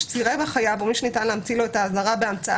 "סירב החייב או מי שניתן להמציא לו את האזהרה בהמצאה